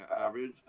average